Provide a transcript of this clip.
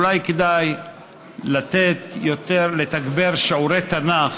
אולי כדאי לתגבר שיעורי תנ"ך